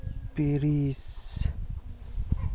ᱛᱤᱨᱤᱥ